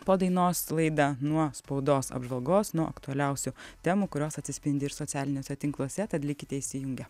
po dainos laidą nuo spaudos apžvalgos nuo aktualiausių temų kurios atsispindi ir socialiniuose tinkluose tad likite įsijungę